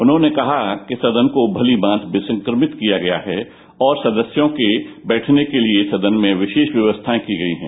उन्होंने कहा किसदन को भलीमांति विसंक्रमित किया गया है और सदस्यों के बैठने के लिए सदन में विशेष व्यवस्थाएं की गई हैं